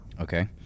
Okay